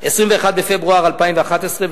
21 בפברואר 2011,